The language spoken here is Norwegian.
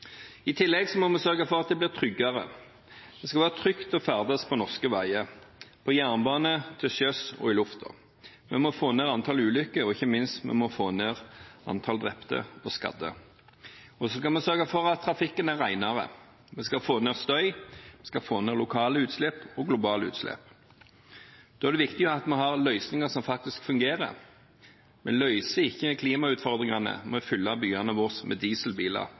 I tillegg må vi sørge for at det blir tryggere. Det skal være trygt å ferdes på norske veier, på jernbane, til sjøs og i luften. Vi må få ned antall ulykker, og, ikke minst, vi må få ned antall drepte og skadde. Så skal vi sørge for at trafikken er renere. Vi skal redusere støy, lokale utslipp og globale utslipp. Da er det viktig at vi har løsninger som fungerer. Vi løser ikke klimautfordringene ved å fylle byene våre med dieselbiler,